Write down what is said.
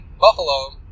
Buffalo